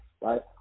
right